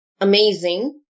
amazing